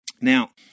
Now